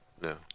No